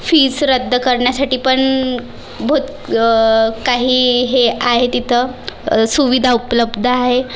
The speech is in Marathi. फीस रद्द करण्यासाठी पण भुत काही हे आहेत तिथं सुविधा उपलब्ध आहे